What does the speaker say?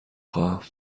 خواهم